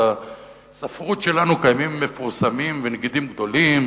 בספרות שלנו קיימים מפורסמים ונגידים גדולים,